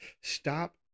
stop